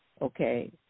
okay